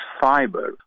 fiber